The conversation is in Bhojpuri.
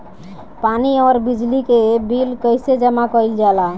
पानी और बिजली के बिल कइसे जमा कइल जाला?